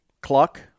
cluck